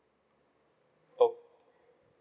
oh